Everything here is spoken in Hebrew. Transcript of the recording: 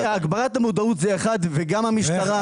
הגברת המודעות זה אחד, וגם המשטרה.